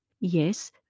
Yes